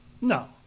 No